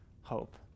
hope